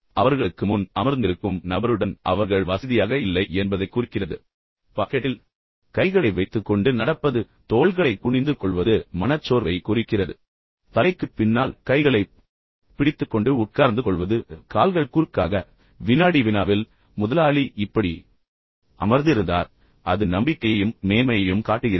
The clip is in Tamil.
எனவே அவர்களுக்கு முன் அமர்ந்திருக்கும் நபருடன் அவர்கள் வசதியாக இல்லை என்பதைக் குறிக்கிறது பாக்கெட்டில் கைகளை வைத்துக்கொண்டு நடப்பது தோள்களை குனிந்து கொள்வது மனச்சோர்வை குறிக்கிறது தலைக்குப் பின்னால் கைகளைப் பிடித்துக் கொண்டு உட்கார்ந்து கொள்வது கால்கள் குறுக்காக எனவே வினாடி வினாவில் ஒரு படம் இருந்தது முதலாளி இப்படி அமர்ந்திருந்தார் பின்னர் அது நம்பிக்கையையும் மேன்மையையும் காட்டுகிறது